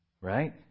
Right